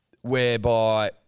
whereby